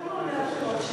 כמה עולות הבחירות?